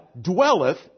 dwelleth